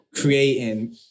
creating